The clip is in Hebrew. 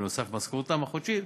נוסף על משכורתם החודשית,